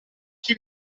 chi